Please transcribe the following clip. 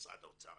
משרד האוצר,